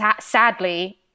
sadly